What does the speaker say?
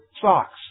socks